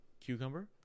Cucumber